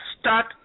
start